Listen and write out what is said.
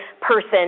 person